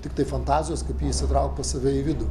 tiktai fantazijos kaip jį įsitraukt pas save į vidų